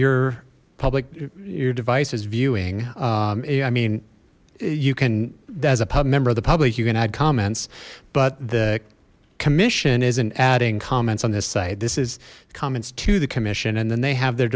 your public your device is viewing i mean you can there's a pub member of the public you can add comments but the commission isn't adding comments on this side this is comments to the commission and then they have their